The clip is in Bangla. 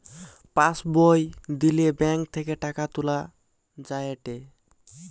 পাস্ বই দিলে ব্যাঙ্ক থেকে টাকা তুলা যায়েটে